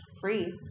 free